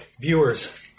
viewers